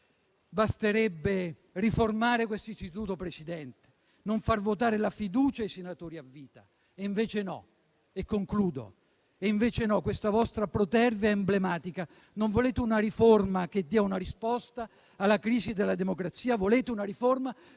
Basterebbe riformare questo istituto, signor Presidente, e non far votare la fiducia ai senatori a vita. E invece no. Questa vostra protervia è emblematica. Non volete una riforma che dia una risposta alla crisi della democrazia. Volete una riforma